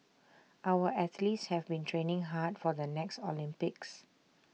our athletes have been training hard for the next Olympics